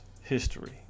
history